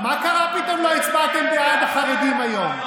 מה קרה שפתאום לא הצבעתם בעד החרדים היום?